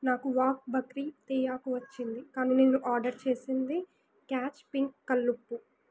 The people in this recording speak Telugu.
నాకు వాఘ్ బక్రీ తీయాకు వచ్చింది కానీ నేను ఆర్డర్ చేసింది క్యాచ్ పింక్ కళ్ళుప్పు